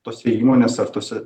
tose įmonėse ar tose